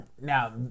now